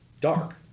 Dark